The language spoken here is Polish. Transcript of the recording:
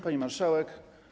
Pani Marszałek!